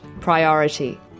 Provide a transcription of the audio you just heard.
priority